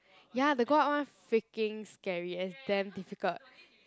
ya the go up one freaking scary and it's damn difficult